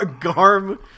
Garm